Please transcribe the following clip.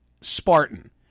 Spartan